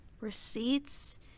Receipts